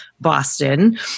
Boston